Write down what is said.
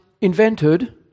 invented